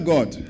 God